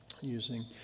using